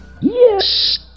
Yes